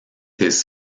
his